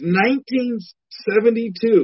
1972